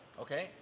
Okay